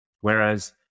whereas